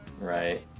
Right